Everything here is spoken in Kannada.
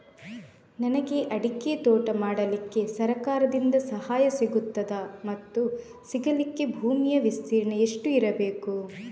ನನಗೆ ಅಡಿಕೆ ತೋಟ ಮಾಡಲಿಕ್ಕೆ ಸರಕಾರದಿಂದ ಸಹಾಯ ಸಿಗುತ್ತದಾ ಮತ್ತು ಸಿಗಲಿಕ್ಕೆ ಭೂಮಿಯ ವಿಸ್ತೀರ್ಣ ಎಷ್ಟು ಇರಬೇಕು?